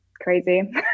crazy